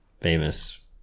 famous